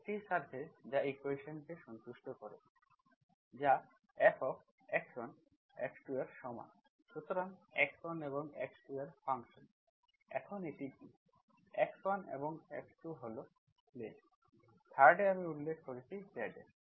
একটি সারফেস যা ইকুয়েশন্সকে সন্তুষ্ট করে যা fx1x2 এর সমান সুতরাং x1 এবং x2 এর ফাংশন এখন এটা কি x1 এবং x2 হল প্লেন3rd এ আমি উল্লেখ করছি Z এর